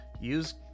Use